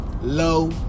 low